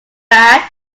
bad